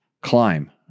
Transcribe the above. Climb